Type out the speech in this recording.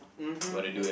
mmhmm yup